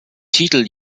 titel